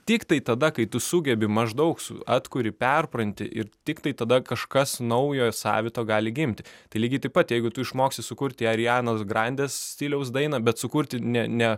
tiktai tada kai tu sugebi maždaug su atkuri perpranti ir tiktai tada kažkas naujo savito gali gimti tai lygiai taip pat jeigu tu išmoksi sukurti arianos grandės stiliaus dainą bet sukurti ne ne